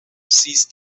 ceased